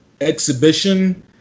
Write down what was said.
exhibition